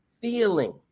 feeling